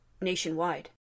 nationwide